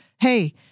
hey